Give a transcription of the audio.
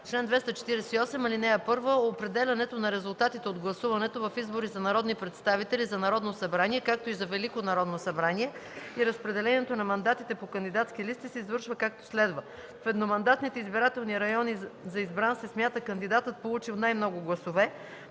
„Чл. 248. (1) Определянето на резултатите от гласуването в избори за народни представители за Народно събрание, както и за Велико Народно събрание и разпределението на мандатите по кандидатски листи се извършва, както следва: 1. В едномандатните избирателни райони за избран се смята кандидатът, получил най-много гласове;